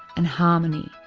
and harmony.